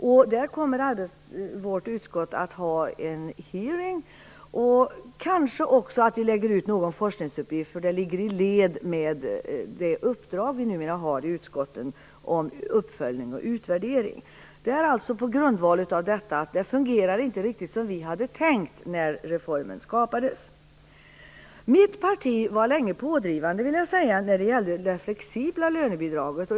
Vårt utskott kommer att ha en hearing och kanske lägger vi också ut någon forskningsuppgift eftersom det ligger i linje med det uppdrag om uppföljning och utvärdering som vi numera har i utskotten. Det är alltså på grund av att det inte riktigt fungerar som vi hade tänkt när reformen skapades. Mitt parti var länge pådrivande, vill jag säga, när det gällde det flexibla lönebidraget.